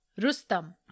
Rustam